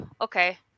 okay